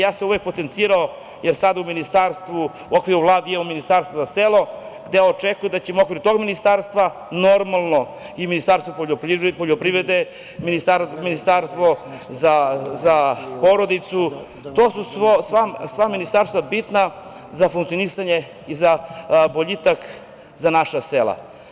Ja sam uvek potencirao, jer sad u ministarstvu u okviru Vlade imamo Ministarstva za selo, gde očekujem da ćemo u okviru tog Ministarstva normalno i Ministarstva poljoprivrede, Ministarstva za porodicu, to su sva ministarstva bitna za funkcionisanje i za boljitak za naša sela.